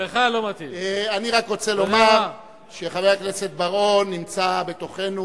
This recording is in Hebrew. אני רק רוצה לומר שחבר הכנסת בר-און נמצא בתוכנו,